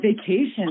vacation